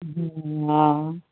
हा